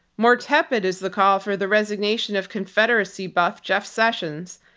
more tepid is the call for the resignation of confederacy buff jeff sessions.